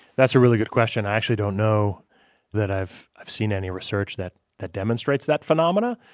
that's a really good question. i actually don't know that i've i've seen any research that that demonstrates that phenomena.